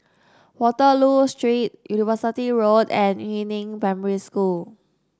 Waterloo Street University Road and Yu Neng Primary School